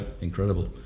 Incredible